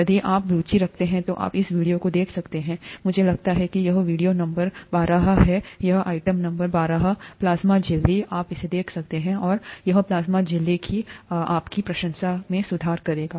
यदि आप रुचि रखते हैं तो आप इस वीडियो को देख सकते हैं मुझे लगता है कि यह वीडियो नंबर बारह है यहां आइटम नंबर बारह प्लाज्मा झिल्ली आप इसे देख सकते हैं और यह प्लाज्मा झिल्ली की आपकी प्रशंसा में सुधार करेगा